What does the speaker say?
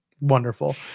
Wonderful